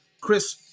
Chris